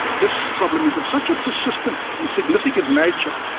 this problem is of such a persistent and significant nature,